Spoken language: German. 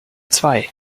zwei